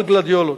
על גלדיולות?